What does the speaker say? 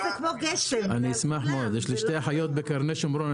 יש לי שתי אחיות בקרני שומרון,